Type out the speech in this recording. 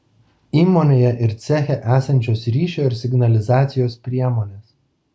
įmonėje ir ceche esančios ryšio ir signalizacijos priemonės